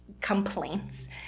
complaints